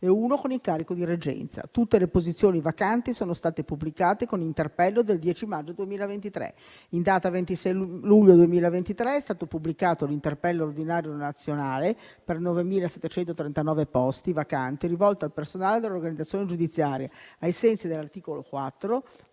e uno con incarico di reggenza. Tutte le posizioni vacanti sono state pubblicate con interpello del 10 maggio 2023. In data 26 luglio 2023 è stato pubblicato l'interpello ordinario nazionale per 9.739 posti vacanti rivolto al personale dell'organizzazione giudiziaria, ai sensi dell'articolo 4